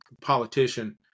politician